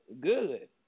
Good